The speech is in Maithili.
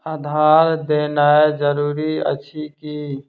आधार देनाय जरूरी अछि की?